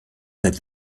that